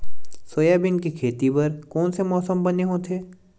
Soybean के खेती बर कोन से मौसम बने होथे?